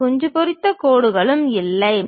அந்த குஞ்சு பொறித்த கோடுகளும் இல்லை